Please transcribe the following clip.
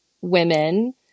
women